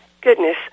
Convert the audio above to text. Goodness